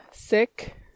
sick